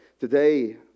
today